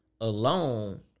alone